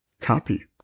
copy